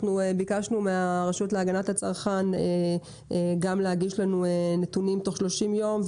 ביקשנו מהרשות להגנת הצרכן גם להגיש לנו נתונים תוך שלושים יום,